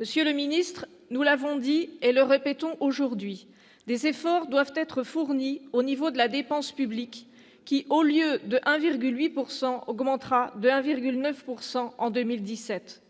Monsieur le secrétaire d'État, nous l'avons dit et le répétons aujourd'hui : des efforts doivent être fournis au niveau de la dépense publique qui, au lieu de 1,8 %, augmentera de 1,9 % en 2017.